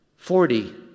Forty